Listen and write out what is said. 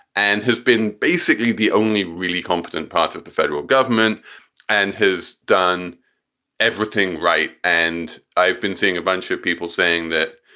and who's been basically the only really competent part of the federal government and has done everything right. and i've been seeing a bunch of people saying that,